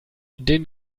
den